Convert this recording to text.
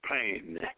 pain